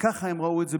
ככה הם ראו את זה.